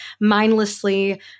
mindlessly